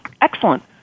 excellent